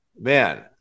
man